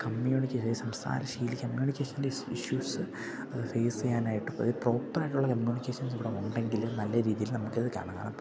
കമ്മ്യൂണിക്കേഷൻ്റെ issues അത് face ചെയ്യാനായിട്ട് അത് പ്രോപ്പറായിട്ടുള്ള കമ്മ്യൂണിക്കേഷൻസ് ഇവിടെയുണ്ടെങ്കില് നല്ല രീതിയില് നമുക്കത് കാണാം കാരണം